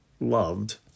loved